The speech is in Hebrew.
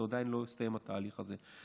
זה עדיין לא הסתיים, התהליך הזה.